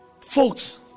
Folks